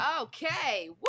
Okay